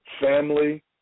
family